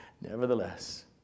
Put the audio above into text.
nevertheless